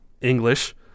English